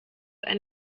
ein